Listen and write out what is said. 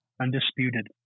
Undisputed